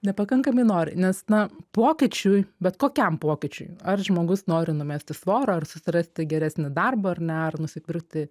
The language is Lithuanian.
nepakankamai nori nes na pokyčiui bet kokiam pokyčiui ar žmogus nori numesti svorio ar susirasti geresnį darbą ar ne ar nusipirkti